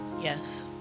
Yes